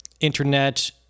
internet